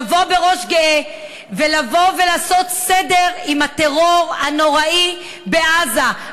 לבוא בראש גאה ולעשות סדר עם הטרור הנוראי בעזה.